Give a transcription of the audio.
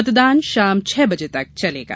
मतदान शाम छह बजे तक चलेगा